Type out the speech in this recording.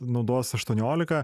naudos aštuoniolika